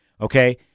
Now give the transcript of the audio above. okay